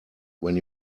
when